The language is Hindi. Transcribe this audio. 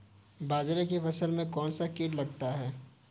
बाजरे की फसल में कौन सा कीट लगता है?